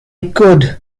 could